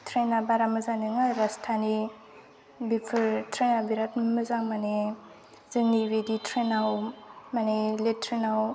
ट्रैना बारा मोजां नोङा राजथानि बेफोर ट्रैना बिराद मोजां माने जोंनि बिदि ट्रैनाव माने लेट्रिनाव